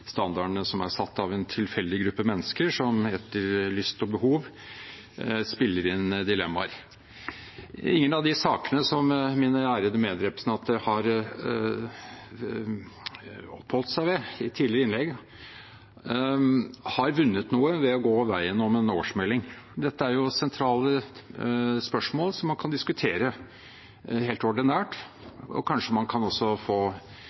standardene, som er satt av en tilfeldig gruppe mennesker som etter lyst og behov spiller inn dilemmaer. Ingen av de sakene som mine ærede medrepresentanter har oppholdt seg ved i tidligere innlegg, har vunnet noe ved å gå veien om en årsmelding. Dette er jo sentrale spørsmål som man kan diskutere helt ordinært. Kanskje man også kan få